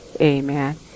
Amen